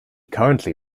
currently